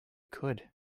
could